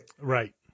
Right